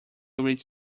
rich